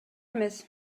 эмес